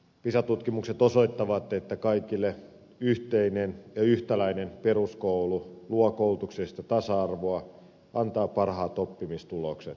pisa tutkimukset osoittavat että kaikille yhteinen ja yhtäläinen peruskoulu luo koulutuksellista tasa arvoa antaa parhaat oppimistulokset